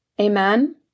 Amen